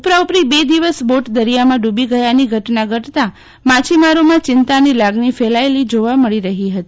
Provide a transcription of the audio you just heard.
ઉપરાઉપરી બે દિવસ બોટ દરિયામાં ડૂબી ગયાની ઘટના ઘટતા માછીમારોમાં ચિંતાની લાગણી ફેલાયેલી જોવા મળી રહી હતી